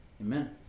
Amen